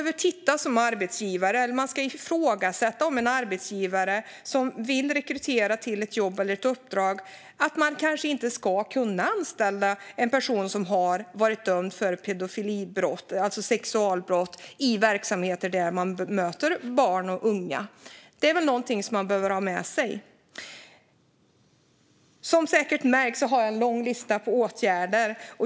Vidare anser jag att en arbetsgivare som vill göra en rekrytering för en tjänst eller ett uppdrag inte ska kunna anställa en person som har varit dömd för pedofilibrott, det vill säga sexualbrott, i verksamheter där man möter barn och unga. Detta är något som man behöver ha med sig. Som säkert märkts har jag en lång lista med åtgärder.